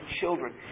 children